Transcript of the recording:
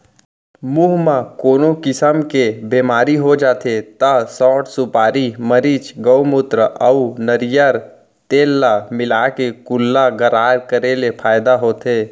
मुंह म कोनो किसम के बेमारी हो जाथे त सौंठ, सुपारी, मरीच, गउमूत्र अउ नरियर तेल ल मिलाके कुल्ला गरारा करे ले फायदा होथे